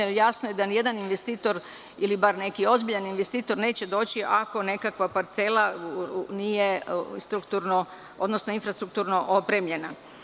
Jasno je da nijedan investitor, ili bar neki ozbiljan investitor, neće doći ako nekakva parcela nije infrastrukturno opremljena.